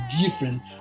different